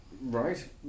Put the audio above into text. Right